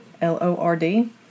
L-O-R-D